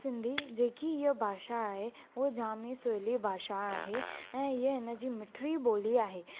सिंधी जेकी हीअ भाषा आहे उहा जाम ई सवली भाषा आहे ऐं हीअ जन जी मिठड़ी बो॒ली आहे